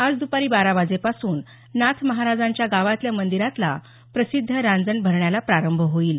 आज द्पारी बारा वाजेपासून नाथ महाराजांच्या गावातल्या मंदिरातला प्रसिद्ध रांजण भरण्याला प्रारंभ होईल